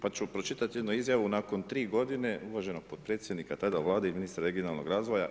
Pa ću pročitati jednu izjavu nakon tri godine uvaženog potpredsjednika tada Vlade i ministra regionalnog razvoja.